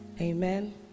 Amen